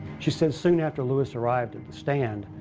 she said soon after lewis arrived at the stand,